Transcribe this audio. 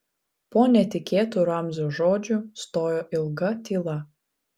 po netikėtų ramzio žodžių stojo ilga tyla